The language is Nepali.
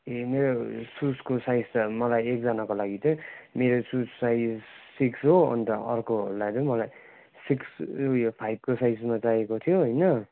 ए मेरो सुजको साइज चाहिँ अब मलाई एकजनाको लागि चाहिँ मेरो सुज साइज सिक्स हो अन्त अर्कोलाई चाहिँ मलाई सिक्स उयो फाइभको साइजमा चाहिएको थियो होइन